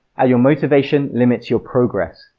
ah your motivation limits your progress.